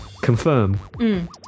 confirm